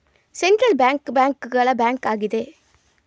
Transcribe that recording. central bank bank ಗಳ bank ಆಗಿದೆ